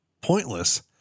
pointless